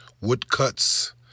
woodcuts